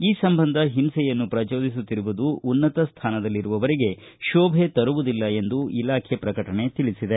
ಈ ಸಂಬಂಧ ಹಿಂಸೆಯನ್ನು ಪ್ರಚೋದಿಸುತ್ತಿರುವುದು ಉನ್ನತ ಸ್ವಾನದಲ್ಲಿರುವವರಿಗೆ ಶೋಭೆ ತರುವುದಿಲ್ಲ ಎಂದು ಇಲಾಖೆ ಪ್ರಕಟಣೆ ತಿಳಿಸಿದೆ